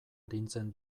arintzen